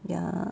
ya